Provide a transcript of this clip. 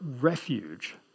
refuge